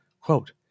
Quote